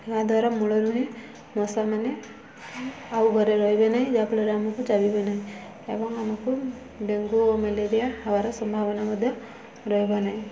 ଏହାଦ୍ୱାରା ମୂଳରୁୁ ହିଁ ମଶାମାନେ ଆଉ ଘରେ ରହିବେ ନାହିଁ ଯାହାଫଳରେ ଆମକୁ ଚାବିବେ ନାହିଁ ଏବଂ ଆମକୁ ଡେଙ୍ଗୁ ଓ ମ୍ୟାଲେରିଆ ହେବାର ସମ୍ଭାବନା ମଧ୍ୟ ରହିବ ନାହିଁ